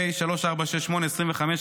ו-פ/3468/25,